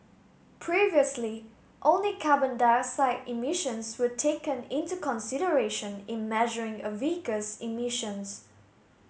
previously only carbon dioxide emissions were taken into consideration in measuring a vehicle's emissions